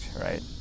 right